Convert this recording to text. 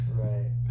Right